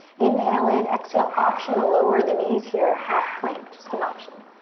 inhale in, exhale. option to lower the knees here half plank, just an option.